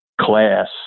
class